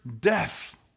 death